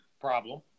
Problem